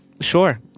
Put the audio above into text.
sure